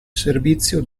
servizio